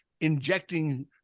injecting –